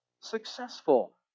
successful